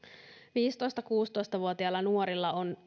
viisitoista viiva kuusitoista vuotiailla nuorilla on